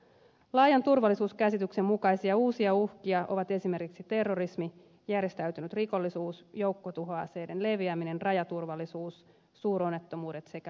laajan turvallisuuskäsityksen mukaisia uusia uhkia ovat esimerkiksi terrorismi järjestäytynyt rikollisuus joukkotuhoaseiden leviäminen rajaturvallisuus suuronnettomuudet sekä luonnonkatastrofit